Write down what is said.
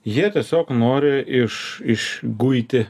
jie tiesiog nori iš išguiti